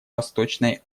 восточной